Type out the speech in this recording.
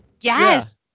Yes